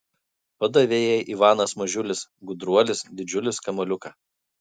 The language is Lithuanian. padavė jai ivanas mažiulis gudruolis didžiulis kamuoliuką